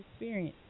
experience